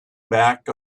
back